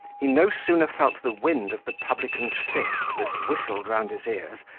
he no sooner felt the wind of the publican's fist that whistled round his ears,